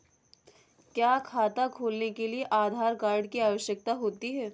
क्या खाता खोलने के लिए आधार कार्ड की आवश्यकता होती है?